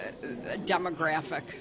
demographic